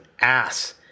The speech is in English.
ass